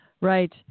Right